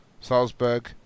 Salzburg